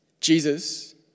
Jesus